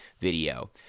video